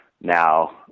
now